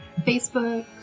Facebook